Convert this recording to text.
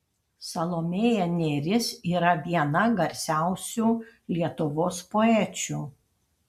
salomėja nėris yra viena garsiausių lietuvos poečių